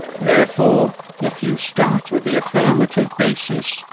therefore, if you start with the affirmative basis,